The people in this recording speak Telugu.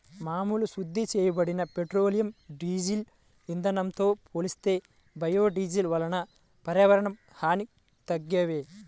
మామూలు శుద్ధి చేయబడిన పెట్రోలియం, డీజిల్ ఇంధనంతో పోలిస్తే బయోడీజిల్ వలన పర్యావరణ హాని తక్కువే